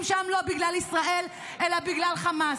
שם לא בגלל ישראל אלא בגלל חמאס.